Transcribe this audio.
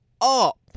up